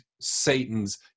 Satan's